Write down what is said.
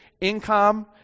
income